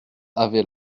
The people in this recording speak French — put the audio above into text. avait